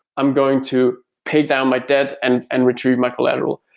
i'm going to pay down my debt and and retrieve my collateral.